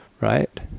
right